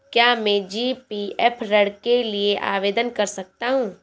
क्या मैं जी.पी.एफ ऋण के लिए आवेदन कर सकता हूँ?